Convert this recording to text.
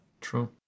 True